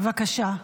בבקשה,